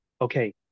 Okay